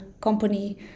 company